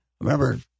remember